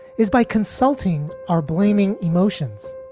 is by consulting are blaming emotions.